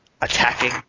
attacking